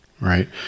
right